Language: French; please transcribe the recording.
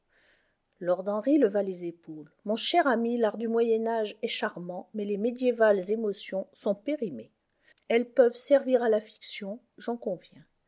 lord henry leva les épaules mon cher ami l'art du moyen âge est charmant mais les médiévales émotions sont périmées elles peuvent servir à la fiction j'en conviens